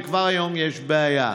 וכבר היום יש בעיה.